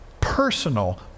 personal